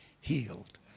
healed